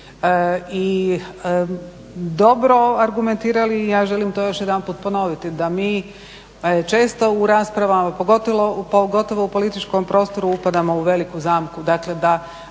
dobro argumentirali. I ja želim to još jedanput ponoviti, da mi često u raspravama, pogotovo u političkom prostoru upadamo u veliku zamku, dakle da